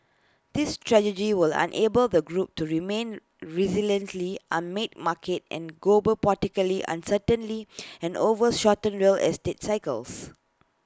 this strategy will enable the group to remain resiliently amid market and geopolitical uncertainly and over shortened real estate cycles